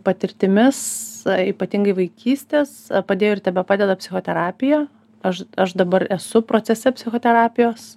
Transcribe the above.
patirtimis ypatingai vaikystės padėjo ir tebepadeda psichoterapija aš aš dabar esu procese psichoterapijos